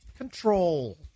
control